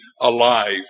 alive